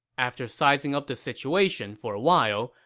after sizing up the situation for a while,